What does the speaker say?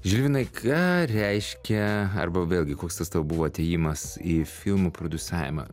žilvinai ką reiškia arba vėlgi koks tas tau buvo atėjimas į filmų prodiusavimą